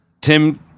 Tim